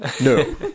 No